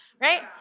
right